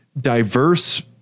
diverse